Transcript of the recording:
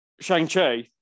Shang-Chi